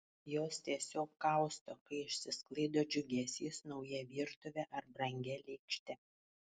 jos tiesiog kausto kai išsisklaido džiugesys nauja virtuve ar brangia lėkšte